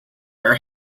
are